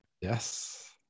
Yes